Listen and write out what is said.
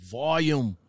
volume